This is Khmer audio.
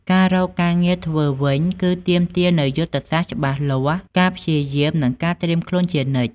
ការរកការងារធ្វើវិញ គឺទាមទារនូវយុទ្ធសាស្ត្រច្បាស់លាស់ ការព្យាយាម និងការត្រៀមខ្លួនជានិច្ច។